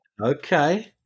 Okay